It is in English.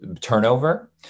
turnover